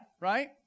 right